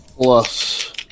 plus